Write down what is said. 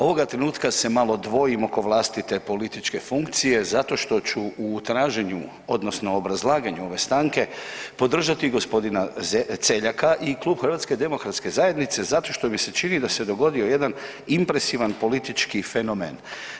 Ovoga trenutka se malo dvojim oko vlastite političke funkcije zato što ću u traženju, odnosno obrazlaganju ove stanke podržati g. Celjaka i Klub HDZ-a zato što mi se čini da se dogodio jedan impresivan politički fenomen.